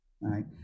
right